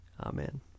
Amen